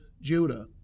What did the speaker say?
judah